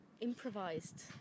improvised